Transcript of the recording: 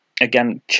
Again